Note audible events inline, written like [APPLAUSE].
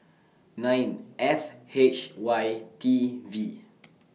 nine F H Y T V [NOISE]